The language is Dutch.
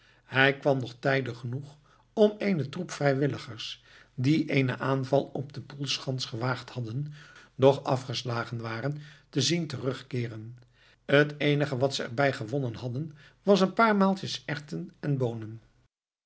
hij kwam nog tijdig genoeg om eenen troep vrijwilligers die eenen aanval op de poelschans gewaagd hadden doch afgeslagen waren te zien terugkeeren het eenige wat ze er bij gewonnen hadden was een paar maaltjes erwten en boonen